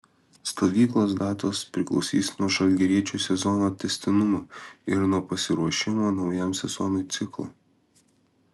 stovyklos datos priklausys nuo žalgiriečių sezono tęstinumo ir nuo pasiruošimo naujam sezonui ciklo